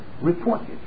reported